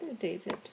David